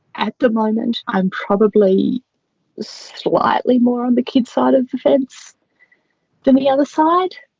at the moment i'm probably slightly more on the kid's side of the fence than the the other side.